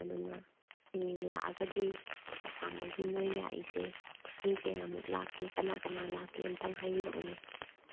ꯑꯗꯨꯅ ꯍꯌꯦꯡ ꯂꯥꯛꯂꯒꯗꯤ ꯑꯁꯥꯝꯗꯒꯤ ꯃꯈꯣꯏ ꯂꯥꯛꯂꯤꯁꯦ ꯃꯤ ꯀꯌꯥꯃꯨꯛ ꯂꯥꯛꯀꯦ ꯀꯅꯥ ꯀꯅꯥ ꯂꯥꯛꯀꯦ ꯑꯃꯨꯛꯇꯪ ꯍꯥꯏꯕꯤꯔꯛꯎꯅꯦ